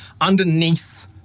underneath